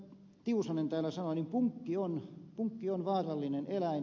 tiusanen täällä sanoi punkki on vaarallinen eläin